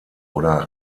oder